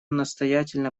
настоятельно